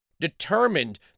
determined